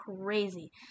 Crazy